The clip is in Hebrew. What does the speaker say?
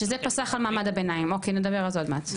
שזה פסח על מעמד הביניים אוקיי נדבר על זה עוד מעט.